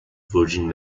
virgin